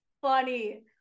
funny